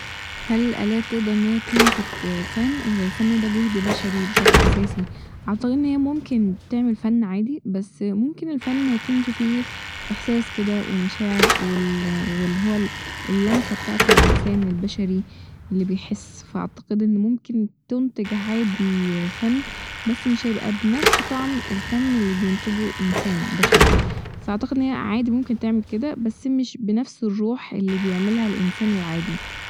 هل الآلات تقدر إن هي تنتج فن ولا الفن ده جهد بشري بشكل اساسي؟ أعتقد ان هي ممكن تعمل فن عادي ، بس ممكن الفن ميكنش فيه احساس كده ومشاعر وال ال هو اللمسة بتاعت الانسان البشري اللي بيحس فأعتقد ان ممكن تنتج عادي فن بس مش هيبقى بنفس طعم الفن اللي بينتجه انسان بشري فأعتقد ان هي عادي ممكن تعمل كده بس مش بنفس الروح اللي بيعملها الانسان العادي